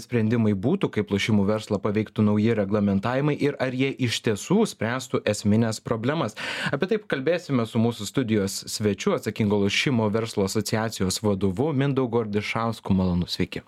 sprendimai būtų kaip lošimų verslą paveiktų nauji reglamentavimai ir ar jie iš tiesų spręstų esmines problemas apie tai pakalbėsime su mūsų studijos svečiu atsakingo lošimo verslo asociacijos vadovu mindaugu ardišausku malonu sveiki